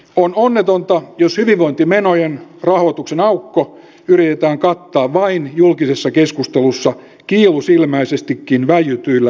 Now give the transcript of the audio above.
on onnetonta jos hyvinvointimenojen rahoituksen aukko yritetään kattaa vain julkisessa keskustelussa kiilusilmäisestikin väijytyillä säästölistoilla